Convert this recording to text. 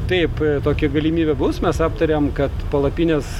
taip tokia galimybė bus mes aptariam kad palapinės